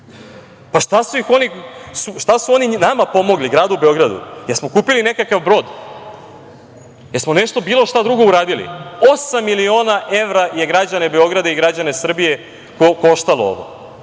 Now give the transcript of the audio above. pa šta su oni nama pomogli, gradu Beogradu, jesmo kupili nekakav brod? Jel smo bilo šta drugo uradili? Osam miliona evra je građane Beograda i građane Srbije koštalo ovo.